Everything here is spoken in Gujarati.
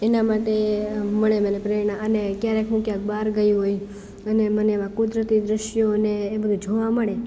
એના માટે મળે મને પ્રેરણા અને ક્યારેક હું ક્યાંક બાર ગઈ હોય અને મને એવા કુદરતી દ્રશ્યોને એવું જોવા મળે